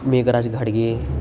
Megraj घाड्गे